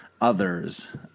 others